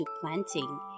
planting